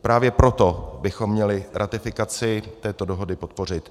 Právě proto bychom měli ratifikaci této dohody podpořit.